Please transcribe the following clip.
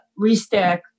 ReStack